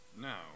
Now